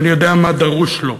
אני יודע מה דרוש לו.